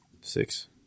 six